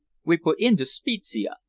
we put into spezia,